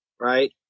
right